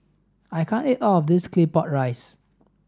I can't eat all of this Claypot Rice